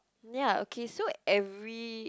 ya okay so every